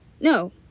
no